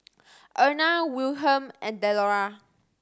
Erna Wilhelm and Delora